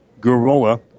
Garola